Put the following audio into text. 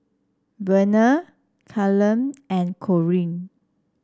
Vernon Callum and Corrie